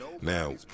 now